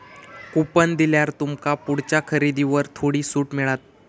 coupon दिल्यार तुमका पुढच्या खरेदीवर थोडी सूट मिळात